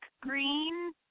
green